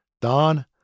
Don